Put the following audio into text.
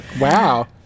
Wow